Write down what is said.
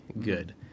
good